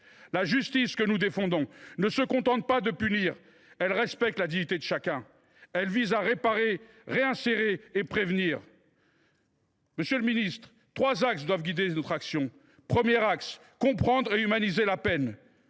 La justice que nous défendons ne se limite pas à punir : elle respecte la dignité de chacun et vise à réparer, à réinsérer et à prévenir. Monsieur le garde des sceaux, trois axes doivent guider notre action. Premier axe : comprendre et humaniser la peine.